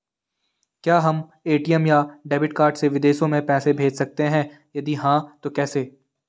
क्या हम ए.टी.एम या डेबिट कार्ड से विदेशों में पैसे भेज सकते हैं यदि हाँ तो कैसे?